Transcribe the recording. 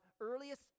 earliest